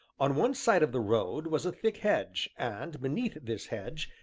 on one side of the road was a thick hedge, and, beneath this hedge,